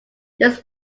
this